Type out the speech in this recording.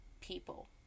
people